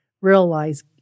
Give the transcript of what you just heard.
realize